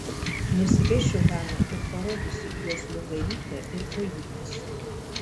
nusivešiu haną ir parodysiu jos nugarytę ir kojytes